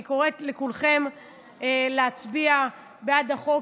אני קוראת לכולכם להצביע בעד החוק.